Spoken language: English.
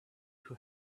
who